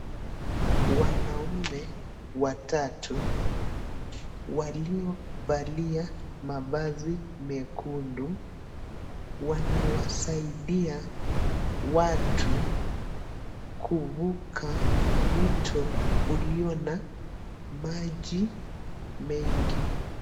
Wanaume watatu waliovalia mavazi mekundu wanawasaidia watu kuvuka mto ulio na maji mengi.